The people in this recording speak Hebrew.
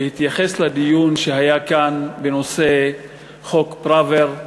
בהתייחס לדיון שהיה כאן בנושא חוק פראוור,